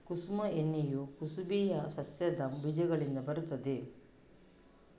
ಕುಸುಮ ಎಣ್ಣೆಯು ಕುಸುಬೆಯ ಸಸ್ಯದ ಬೀಜಗಳಿಂದ ಬರುತ್ತದೆ